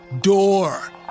door